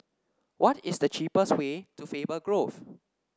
what is the cheapest way to Faber Grove